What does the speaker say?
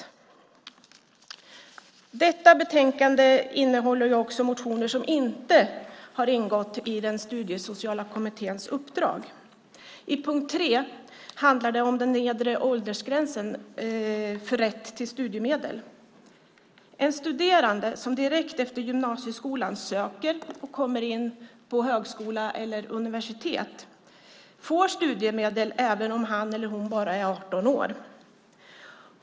I detta betänkande behandlas också motioner som inte har ingått i den studiesociala kommitténs uppdrag. I reservation 3 handlar det om den nedre åldersgränsen för rätt till studiemedel. En studerande som direkt efter gymnasieskolan söker och kommer in på högskola eller universitet får studiemedel även om han eller hon bara är 18 år.